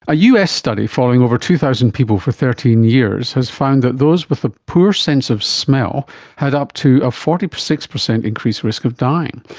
a us study following over two thousand people for thirteen years has found that those with a poor sense of smell had up to a forty six percent increased risk of dying.